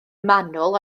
manwl